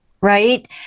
right